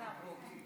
לא להראות.